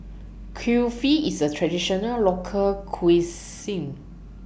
Kulfi IS A Traditional Local Cuisine